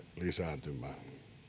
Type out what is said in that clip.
lisääntymään